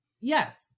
yes